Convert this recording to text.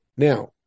Now